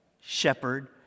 shepherd